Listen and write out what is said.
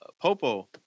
Popo